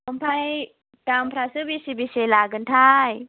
ओमफ्राय दामफ्रासो बेसे बेसे लागोनथाय